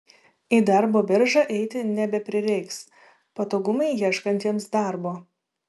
į darbo biržą eiti nebeprireiks patogumai ieškantiems darbo